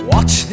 Watch